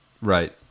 Right